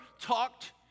talked